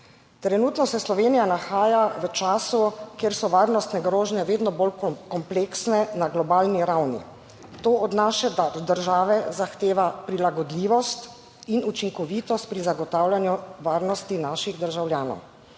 Trenutno se Slovenija nahaja v času, kjer so varnostne grožnje vedno bolj kompleksne na globalni ravni. To od naše države zahteva prilagodljivost in učinkovitost pri zagotavljanju varnosti naših državljanov,